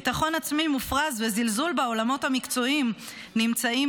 ביטחון עצמי מופרז וזלזול בעולמות המקצועיים נמצאים